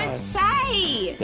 and say.